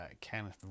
Kenneth